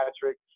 Patrick